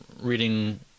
reading